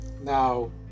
now